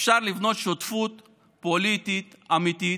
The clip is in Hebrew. אפשר לבנות שותפות פוליטית אמיתית,